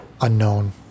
unknown